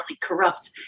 corrupt